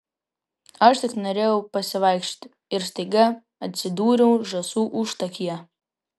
aš tik norėjau pasivaikščioti ir staiga atsidūriau žąsų užtakyje